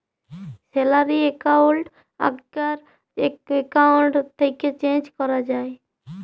salary account আগ্কার account থ্যাকে change ক্যরা যায়